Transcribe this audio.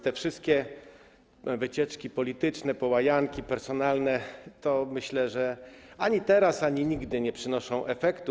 Te wszystkie wycieczki polityczne, połajanki personalne, myślę, ani teraz, ani nigdy nie przynoszą efektu.